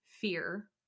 fear